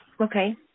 Okay